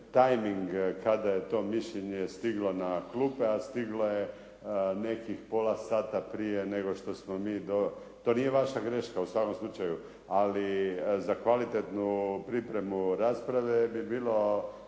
tajming kada je to mišljenje stiglo na klupe, a stiglo je nekih pola sata prije nego što smo mi do, to nije vaša greška u svakom slučaju. Ali za kvalitetnu pripremu rasprave bi bilo